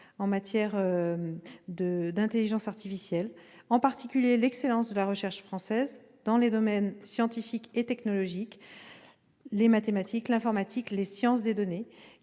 en matière d'intelligence artificielle et l'excellence de la recherche française dans les domaines scientifiques et technologiques- les mathématiques, l'informatique, les sciences des données